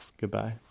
Goodbye